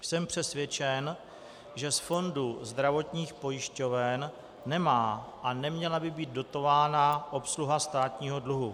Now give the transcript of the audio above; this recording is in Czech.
Jsem přesvědčen, že z fondu zdravotních pojišťoven nemá a neměla by být dotována obsluha státního dluhu.